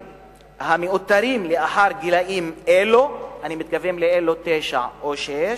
המאותרים לאחר גילים אלו, אני מתכוון לתשע או שש,